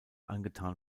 angetan